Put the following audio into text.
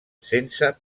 sense